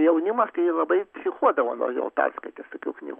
jaunimas tai labai psichuodavo nuo jo perskaitęs tokių knygų